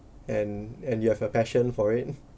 and and you have a passion for it